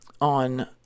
on